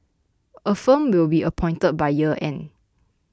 a firm will be appointed by year end